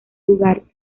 lugar